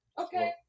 Okay